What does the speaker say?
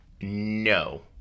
No